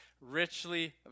richly